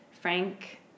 Frank